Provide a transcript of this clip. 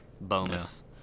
Bonus